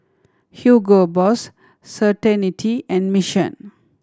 Hugo Boss Certainty and Mission